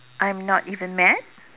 I am not even mad